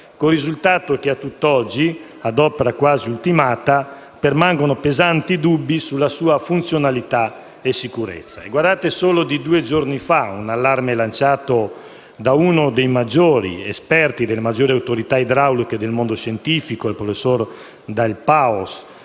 il risultato che a tutt'oggi, ad opera quasi ultimata, permangono pesanti dubbi sulla sua funzionalità e sicurezza. È solo di due giorni fa l'allarme lanciato da uno dei maggiori esperti, delle maggiori autorità idrauliche del mondo scientifico, il professor D'Alpaos